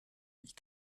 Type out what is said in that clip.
wie